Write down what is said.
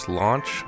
launch